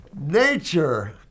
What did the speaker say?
nature